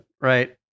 right